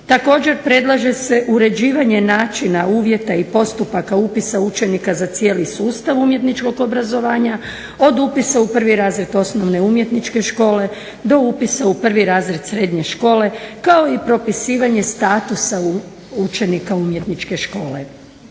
Također, predlaže se uređivanje načina, uvjeta i postupaka upisa učenika za cijeli sustav umjetničkog obrazovanja od upisa u prvi razred Osnovne umjetničke škole do upisa u prvi razred srednje škole kao i propisivanje statusa učenika Umjetničke škole.